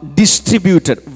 distributed